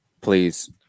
please